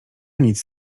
nic